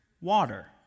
Water